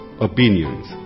opinions